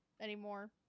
anymore